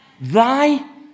Thy